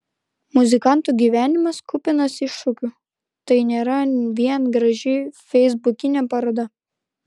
muzikantų gyvenimas kupinas iššūkių tai nėra vien graži feisbukinė paroda